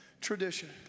tradition